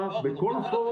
מגמתי?